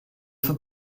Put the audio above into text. for